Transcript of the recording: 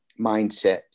mindset